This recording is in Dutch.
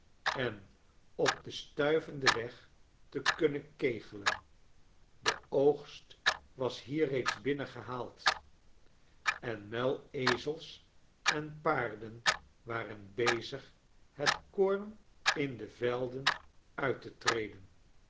en op den stuivenden weg te kunnen kegelen de oogst was hier reeds binnengehaald en muilezels en paarden waren bezig het koorn in de velden uit te treden